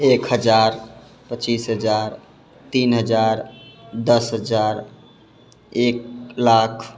एक हजार पच्चीस हजार तीन हजार दस हजार एक लाख